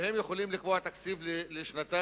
והם יכולים לקבוע תקציב לשנתיים,